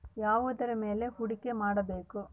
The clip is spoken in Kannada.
ಯಾವುದರ ಮೇಲೆ ಹೂಡಿಕೆ ಮಾಡಬೇಕು?